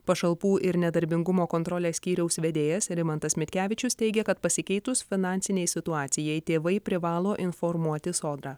pašalpų ir nedarbingumo kontrolės skyriaus vedėjas rimantas mitkevičius teigia kad pasikeitus finansinei situacijai tėvai privalo informuoti sodrą